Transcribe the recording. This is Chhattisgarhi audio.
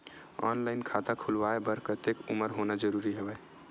ऑनलाइन खाता खुलवाय बर कतेक उमर होना जरूरी हवय?